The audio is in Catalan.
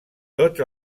tots